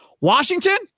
Washington